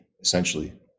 essentially